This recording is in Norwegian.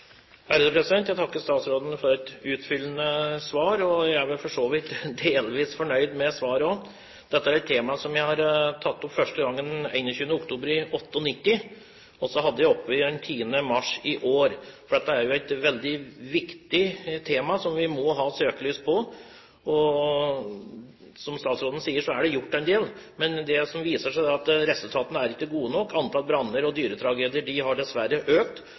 Jeg takker statsråden for et utfyllende svar. Jeg er vel for så vidt også delvis fornøyd med svaret. Dette er et tema som jeg tok opp første gang 21. oktober i 1998, og så hadde jeg det oppe igjen 10. mars i år. For dette er jo et veldig viktig tema, som vi må ha søkelys på. Som statsråden sier, er det gjort en del, men det viser seg at resultatene ikke er gode nok. Antall branner og dyretragedier har dessverre økt.